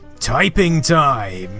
typing time!